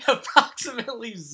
Approximately